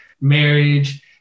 marriage